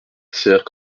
sert